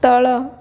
ତଳ